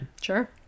Sure